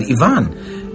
Ivan